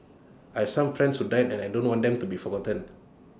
I have some friends who died and I don't want them to be forgotten